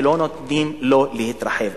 ולא נותנים לו להתרחב.